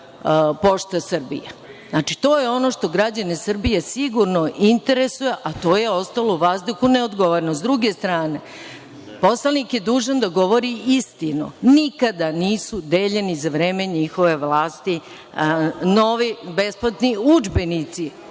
Pošta Srbije? Znači, to jeo no što građani Srbije sigurno interesuje, a to je ostalo u vazduhu neodgovoreno.S druge strane, poslanik je dužan da govori istinu. Nikada nisu deljeni za vreme njihove vlasti novi besplatni udžbenici.